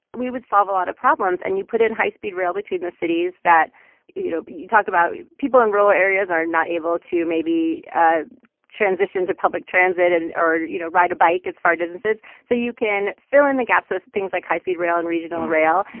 we would solve a lot of problems. and you put in high-speed rail between the cities that you know, you talk about people in rural areas are not able to maybe ah transition to public transit and or, you know, ride a bike. it's far distances. so you can fill in the gaps with things like high-speed rail and regional rail.